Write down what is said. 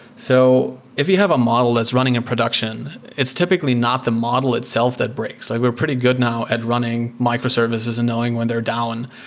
so if you have a model that's running in production, it's typically not the model itself that breaks. we're pretty good now at running microsservices and knowing when they're down.